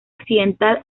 occidental